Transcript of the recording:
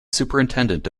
superintendent